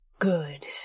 Good